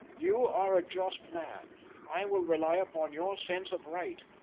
you are a just man i will rely upon your sense of right.